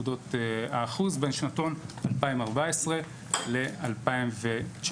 בין שנתון 2014 ל-2019,